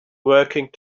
working